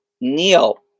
Neil